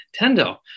Nintendo